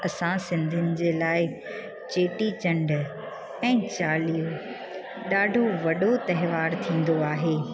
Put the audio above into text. असां सिंधियुनि जे लाइ चेटीचंडु ऐं चालीहो ॾाढो वॾो त्योहारु थींदो आहे